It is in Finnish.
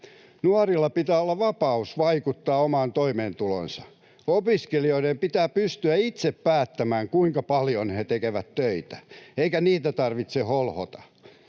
Nuorilla pitää olla vapaus vaikuttaa omaan toimeentuloonsa. Opiskelijoiden pitää pystyä itse päättämään, kuinka paljon he tekevät töitä, eikä heitä tarvitse holhota.